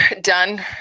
done